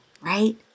right